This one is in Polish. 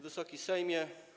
Wysoki Sejmie!